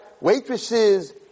waitresses